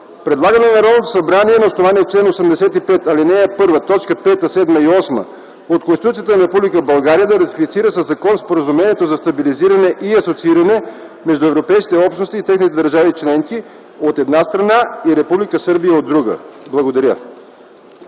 Предлага на Народното събрание на основание чл. 85, ал. 1, т. 5, 7 и 8 от Конституцията на Република България да ратифицира със закон Споразумението за стабилизиране и асоцииране между Европейските общности и техните държави членки, от една страна, и Република Сърбия, от друга страна.” Благодаря.